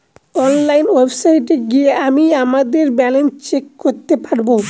online ওয়েবসাইটে গিয়ে আমিই আমাদের ব্যালান্স চেক করতে পারবো